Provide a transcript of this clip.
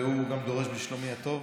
והוא גם דורש בשלומי הטוב,